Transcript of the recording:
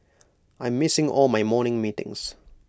I'm missing all my morning meetings